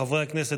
חברי הכנסת,